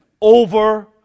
over